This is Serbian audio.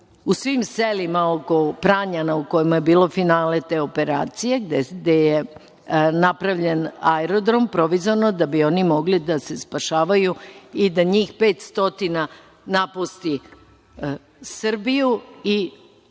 u svim selima oko Pranjana u kojima je bilo finale te operacije, gde je napravljen aerodrom improvizovano, da bi oni mogli da se spašavaju i da njih 500 napusti Srbiju i,